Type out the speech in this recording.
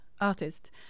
artist